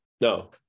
no